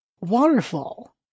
waterfall